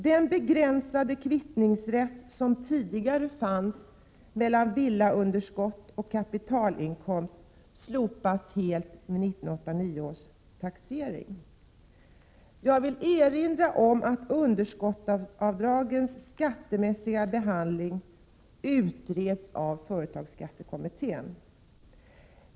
Den begränsade kvittningsrätt som tidigare fanns mellan villaunderskott och kapitalinkomst slopas helt vid 1989 års taxering. Jag vill erinra om att underskottsavdragens skattemässiga behandling utreds av företagsskattekommittén.